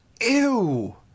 Ew